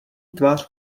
tvář